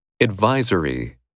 Advisory